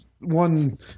one